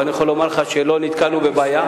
אבל אני יכול לומר לך שלא נתקלנו בבעיה,